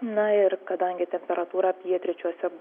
na ir kadangi temperatūra pietryčiuose